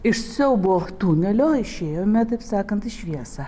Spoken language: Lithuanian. iš siaubo tunelio išėjome taip sakant į šviesą